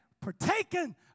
partaken